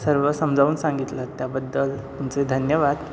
सर्व समजावून सांगितलं त्याबद्दल तुमचे धन्यवाद